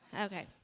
Okay